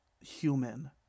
human